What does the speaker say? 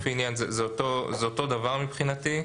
זה אותו זה אותו דבר מבחינתי.